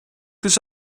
this